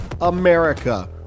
America